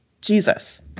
Jesus